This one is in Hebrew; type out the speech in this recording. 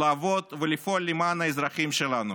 לעבוד ולפעול למען האזרחים שלנו,